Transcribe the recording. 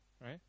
right